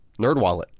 NerdWallet